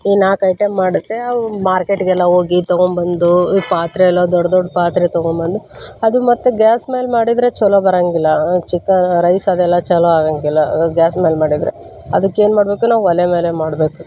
ಈ ನಾಲ್ಕು ಐಟಮ್ ಮಾಡಿದ್ದೆ ಅವು ಮಾರ್ಕೆಟ್ಗೆಲ್ಲ ಹೋಗಿ ತೊಗೊಂಡ್ಬಂದು ಈ ಪಾತ್ರೆಯೆಲ್ಲ ದೊಡ್ಡ ದೊಡ್ಡ ಪಾತ್ರೆ ತೊಗೊಂಡ್ಬಂದು ಅದು ಮತ್ತು ಗ್ಯಾಸ್ ಮೇಲೆ ಮಾಡಿದರೆ ಛಲೋ ಬರೊಂಗಿಲ್ಲ ಚಿಕ ರೈಸ್ ಅದೆಲ್ಲ ಛಲೋ ಆಗೋಂಗಿಲ್ಲ ಗ್ಯಾಸ್ ಮೇಲೆ ಮಾಡಿದ್ರೆ ಅದಕ್ಕೇನು ಮಾಡಬೇಕು ನಾವು ಒಲೆ ಮೇಲೆ ಮಾಡಬೇಕು